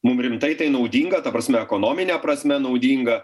mum rimtai tai naudinga ta prasme ekonomine prasme naudinga